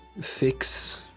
fix